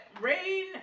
rain